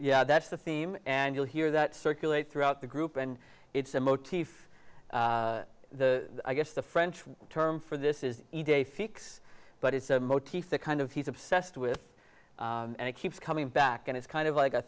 yeah that's the theme and you'll hear that circulate throughout the group and it's a motif the i guess the french term for this is a fix but it's a motif that kind of he's obsessed with and it keeps coming back and it's kind of like a